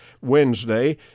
Wednesday